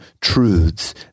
truths